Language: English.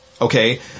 Okay